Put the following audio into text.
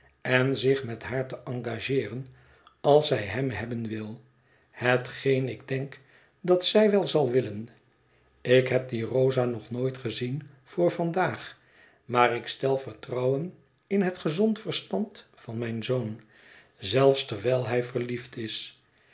en zich met haar te engageeren als zij hem hebben wil hetgeen ik denk dat zij wel zal willen ik heb die rosa nog nooit gezien voor vandaag maar ik stel vertrouwen in het gezond verstand van mijn zoon zelfs terwijl hij verliefd is